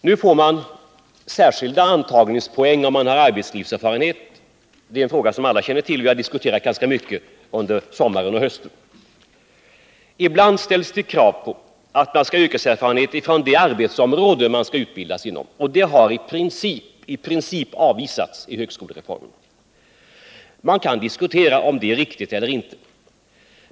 Nu får man särskilda antagningspoäng om man har arbetslivserfarenhet — det är en fråga som alla känner till, vi har diskuterat den ganska mycket under sommaren och hösten. Ibland krävs det att man skall ha yrkeslivserfarenhet från det arbetsområde som man skall utbildas inom. Det kravet har i princip avvisats i högskolereformen. Man kan diskutera om det är riktigt eller inte.